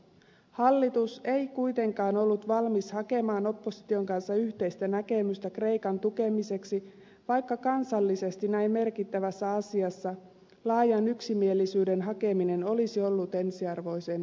hallitus ei kuitenkaan ollut valmis hakemaan opposition kanssa yhteistä näkemystä kreikan tukemiseksi vaikka kansallisesti näin merkittävässä asiassa laajan yksimielisyyden hakeminen olisi ollut ensiarvoisen tärkeää